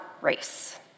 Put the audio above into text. race